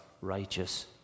righteous